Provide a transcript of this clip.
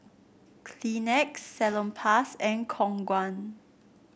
Kleenex Salonpas and Khong Guan